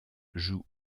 joue